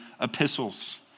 epistles